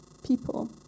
people